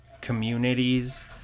communities